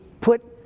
put